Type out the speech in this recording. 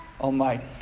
Almighty